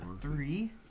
three